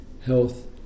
health